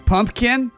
Pumpkin